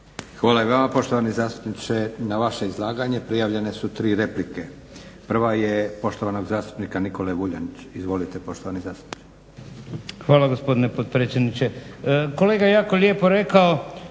Hvala i vama poštovani zastupniče. Na vaše izlaganje prijavljene su tri replike. Prva je poštovanog zastupnika Nikole Vuljanića. Izvolite poštovani zastupniče. **Vuljanić, Nikola (Hrvatski laburisti